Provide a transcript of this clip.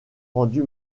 rendu